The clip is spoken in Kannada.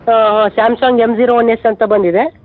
ಹಾಂ ಹಾಂ Samsung M zero one S ಅಂತ ಬಂದಿದೆ